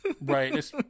right